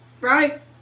right